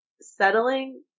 settling